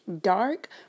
Dark